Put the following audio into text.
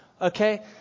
Okay